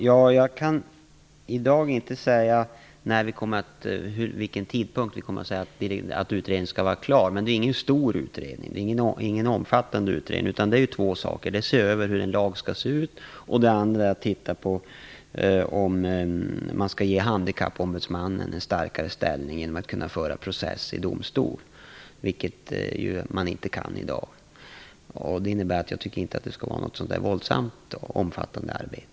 Fru talman! Jag kan inte i dag säga vid vilken tidpunkt vi vill att utredningen skall vara klar. Jag kan i alla fall säga att det inte är en omfattande utredning. Det handlar om två saker: dels att se över hur en lag här skall se ut, dels att titta på om Handikappombudsmannen skall ha en starkare ställning genom möjligheten att föra process i domstol. Detta är inte möjligt i dag. Detta innebär att det, enligt min mening, inte behöver vara fråga om ett särskilt omfattande arbete.